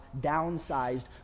downsized